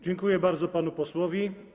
Dziękuję bardzo panu posłowi.